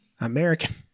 American